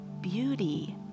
beauty